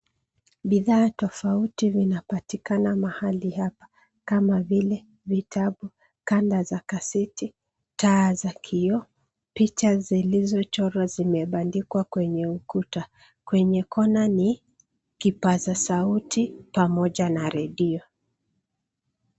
Bidhaa tofauti vinapatikana mahali hapa, kama vile: vitabu, kanda za seti , taa za kioo, picha zilizochorwa zimebandikwa kwenye ukuta. Kwenye kona ni kipaza sauti pamoja na redio.